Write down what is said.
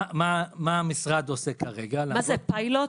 אספר מה המשרד עושה כרגע --- מה זה, פיילוט?